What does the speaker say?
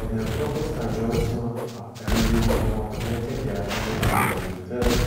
bet netrukus tą džiaugsmą aptemdydavo netikėta mažylio mirtis